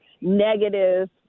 negative